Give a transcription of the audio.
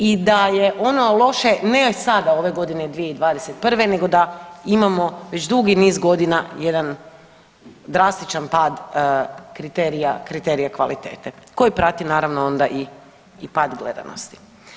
I da je ono loše ne sada ove godine 2021. nego da imamo već dugi niz godina jedan drastični pad kriterija, kriterija kvalitete koji prati naravno onda i pad gledanosti.